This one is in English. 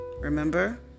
Remember